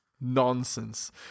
nonsense